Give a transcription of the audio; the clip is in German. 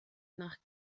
nach